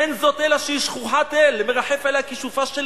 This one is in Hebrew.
אין זאת אלא שהיא שכוחת אל ומרחף עליה כישופה של